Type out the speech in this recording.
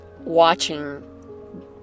watching